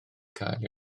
cael